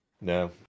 No